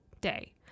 day